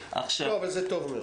אבל זה טוב מאוד.